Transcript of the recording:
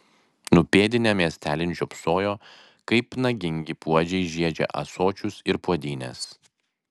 nupėdinę miestelin žiopsojo kaip nagingi puodžiai žiedžia ąsočius ir puodynes